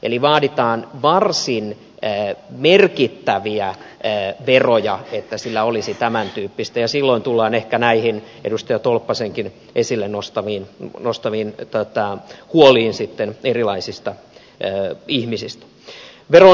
eli vaaditaan varsin merkittäviä veroja että sillä olisi tämäntyyppistä vaikutusta ja silloin tullaan ehkä näihin edustaja tolppasenkin esille nostamiin huoliin erilaisista ihmisistä